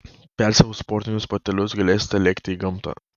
persiavus sportinius batelius galėsite lėkti į gamtą